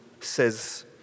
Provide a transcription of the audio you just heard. says